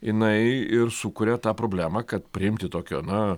jinai ir sukuria tą problemą kad priimti tokio na